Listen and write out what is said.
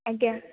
ଆଜ୍ଞା